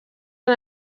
han